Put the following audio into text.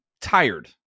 tired